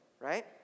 right